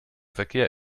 verkehr